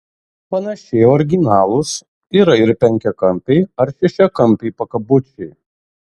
panašiai originalūs yra ir penkiakampiai ar šešiakampiai pakabučiai